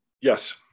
Yes